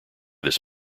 this